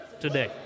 today